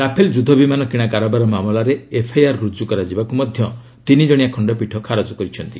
Rafale ଯୁଦ୍ଧ ବିମାନ କିଣା କାରବାର ମାମଲାରେ ଏଫ୍ଆଇଆର୍ ରୁଜୁ କରାଯିବାକୁ ମଧ୍ୟ ତିନିଜଣିଆ ଖଣ୍ଡପୀଠ ଖାରଜ କରିଛନ୍ତି